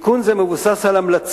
תיקון זה מבוסס על המלצות